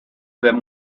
them